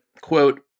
quote